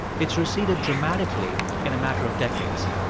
it's receded dramatically in a matter of decades.